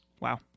Wow